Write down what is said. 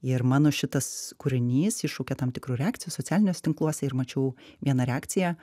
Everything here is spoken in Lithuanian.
ir mano šitas kūrinys iššaukė tam tikrų reakcijų socialiniuose tinkluose ir mačiau vieną reakciją